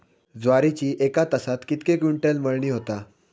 ज्वारीची एका तासात कितके क्विंटल मळणी होता?